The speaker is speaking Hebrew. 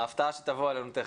ההפתעה שתבוא עלינו תיכף.